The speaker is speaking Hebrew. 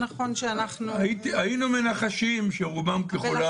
היינו מנחשים שרובם ככולם יאמרו.